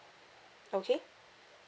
okay